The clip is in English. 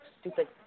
stupid